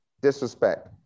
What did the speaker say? Disrespect